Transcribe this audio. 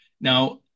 now